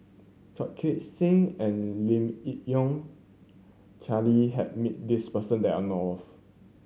Chu Chee Seng and Lim Yi Yong Charles has met this person that I know of